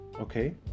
Okay